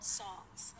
songs